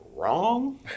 wrong